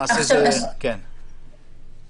למעשה, אנחנו